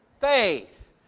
faith